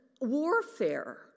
warfare